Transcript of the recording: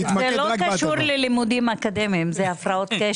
זה לא קשור ללימודים אקדמיים; אלה הפרעות קשב.